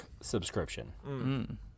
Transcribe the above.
subscription